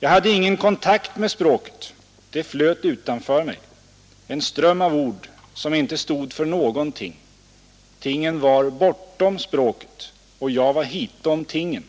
Jag hade ingen kontakt med språket, det flöt utanför mig, en ström av ord som inte stod för någonting. Tingen var bortom språket, och jag var hitom tingen.